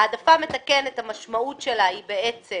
העדפה מתקנת, המשמעות שלה היא בעצם